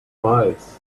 wise